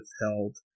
withheld